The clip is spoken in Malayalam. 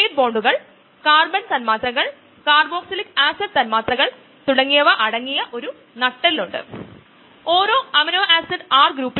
അൺകോംപ്റ്റിറ്റിവ് ഇൻഹിബിഷനിൽ ഇൻഹിബിറ്റർ എൻസൈം സബ്സ്ട്രേറ്റ് കോംപ്ലക്സുമായി മാത്രം ബൈൻഡ് ചെയ്തിരിക്കുന്നു ഇത് എൻസൈമുമായി ബന്ധപ്പെട്ടിരിക്കുന്നു ഇൻഹിബിറ്റർ എൻസൈമിനോട് ബന്ധപ്പെട്ടിരിക്കുന്നു